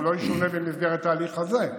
והוא לא ישונה במסגרת ההליך הזה.